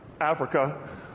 Africa